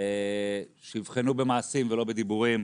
שיבחנו במעשים ולא בדיבורים.